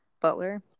butler